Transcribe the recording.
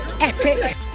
Epic